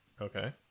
Okay